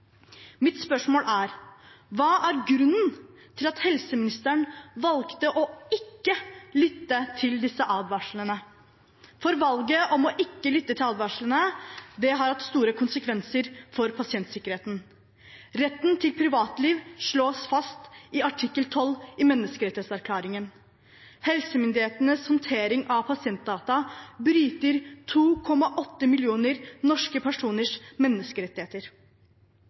Mitt spørsmål er: Hva er grunnen til at helseministeren valgte ikke å lytte til disse advarslene? For valget om ikke å lytte til advarslene har hatt store konsekvenser for pasientsikkerheten. Retten til privatliv slås fast i artikkel 12 i menneskerettighetserklæringen. Helsemyndighetenes håndtering av pasientdata bryter 2,8 millioner norske personers menneskerettigheter.